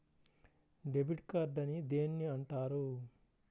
Debit card అని దేనిని అంటారు?